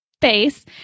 face